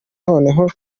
noneho